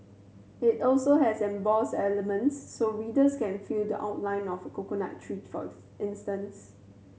it also has embossed elements so readers can feel the outline of coconut tree for instance